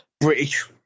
British